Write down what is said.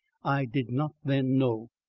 i did not then know.